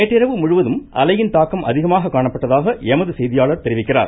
நேற்றிரவு முழுவதும் அலையின் தாக்கம் அதிகமாக காணப்பட்டதாக எமது செய்தியாளர் தெரிவிக்கிறார்